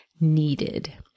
needed